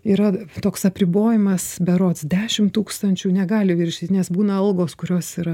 yra toks apribojimas berods dešimt tūkstančių negali viršyti nes būna algos kurios yra